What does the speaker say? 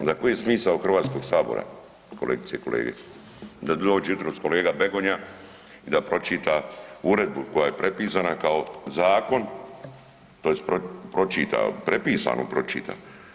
Onda koji je smisao Hrvatskog sabora, kolegice i kolege, da dođe jutros kolega Begonja i da pročita uredbu koja je prepisana kao zakon tj. pročita, prepisanu pročita.